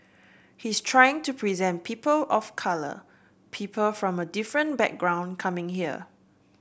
he's trying to present people of colour people from a different background coming here